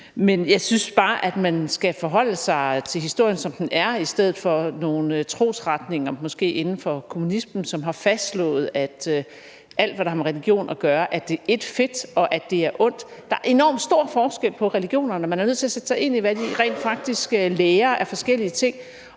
Men jeg synes bare, at man skal forholde sig til historien, som den er, i stedet for til nogle trosretninger, som måske er inden for kommunismen, som har fastslået, at alt, hvad der har med religion at gøre, er ét fedt, og at det er ondt. Der er enormt stor forskel på religionerne. Man er nødt til at sætte sig ind i, hvad de rent faktisk har af læresætninger